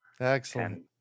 Excellent